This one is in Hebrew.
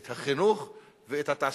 את החינוך ואת התעסוקה.